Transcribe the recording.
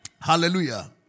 Hallelujah